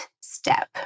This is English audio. step